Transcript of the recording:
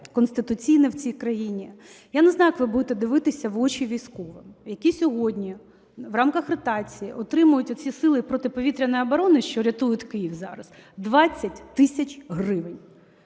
конституційне в цій країні. Я не знаю, як ви будете дивитися в очі військовим, які сьогодні в рамках ротації отримують оці сили протиповітряної оборони, що рятують Київ зараз, 20 тисяч гривень.